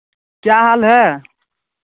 क्या हाल है